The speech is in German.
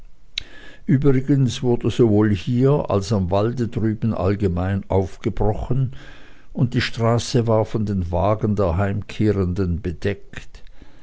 übrigens wurde sowohl hier als am walde drüben allgemein aufgebrochen und die straße war von den wagen der heimkehrenden bedeckt